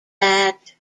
that